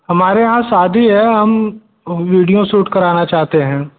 हमारे यहाँ सादी है हम वीडियो सूट कराना चाहते हैं